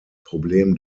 problem